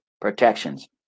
protections